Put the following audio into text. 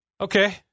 Okay